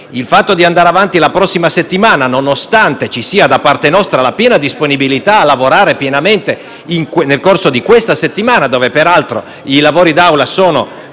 deciso di andare avanti la prossima settimana, nonostante ci sia da parte nostra la piena disponibilità a lavorare pienamente nel corso di questa settimana, in cui peraltro i lavori d'Aula sono